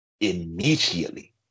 Immediately